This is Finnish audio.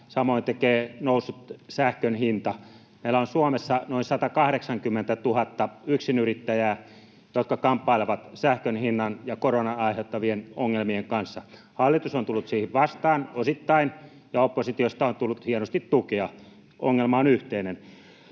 samoin tekee noussut sähkön hinta. Meillä on Suomessa noin 180 000 yksinyrittäjää, jotka kamppailevat sähkön hinnan ja koronan aiheuttamien ongelmien kanssa. Hallitus on tullut siihen vastaan osittain, ja oppositiosta on tullut hienosti tukea. Ongelma on yhteinen.